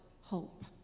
hope